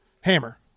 hammer